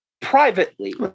privately